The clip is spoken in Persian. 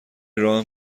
راه